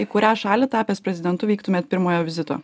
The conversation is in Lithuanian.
į kurią šalį tapęs prezidentu vyktumėt pirmojo vizito